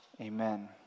Amen